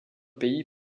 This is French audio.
pays